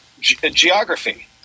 geography